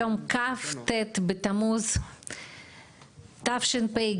היום כ"ט בתמוז תשפ"ג,